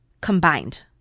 combined